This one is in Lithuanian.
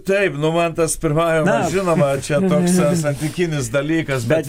taip nu man tas pirmajama žinoma čia toks santykinis dalykas bet